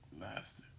Last